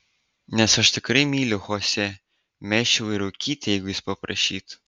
nes aš tikrai myliu chosė mesčiau ir rūkyti jeigu jis paprašytų